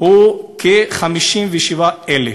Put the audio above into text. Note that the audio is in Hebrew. הוא כ-57,000,